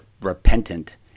repentant